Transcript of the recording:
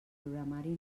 programari